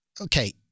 Okay